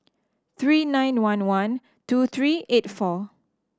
three nine one one two three eight four